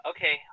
Okay